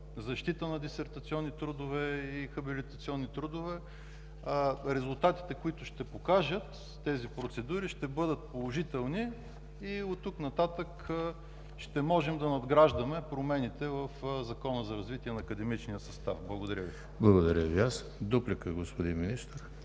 защита на хабилитационни трудове и хабилитационни трудове. Резултатите, които ще покажат тези процедури, ще бъдат положителни и от тук нататък ще можем да надграждаме промените в Закона за развитие на академичния състав на Република България. Благодаря.